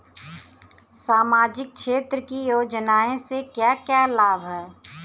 सामाजिक क्षेत्र की योजनाएं से क्या क्या लाभ है?